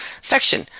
section